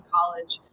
College